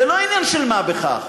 זה לא עניין של מה בכך.